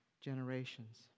generations